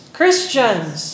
Christians